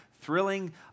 thrilling